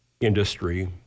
industry